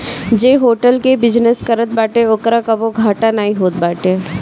जे होटल कअ बिजनेस करत बाटे ओकरा कबो घाटा नाइ होत बाटे